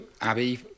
Abby